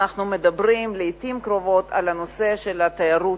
אנחנו מדברים לעתים קרובות על התיירות,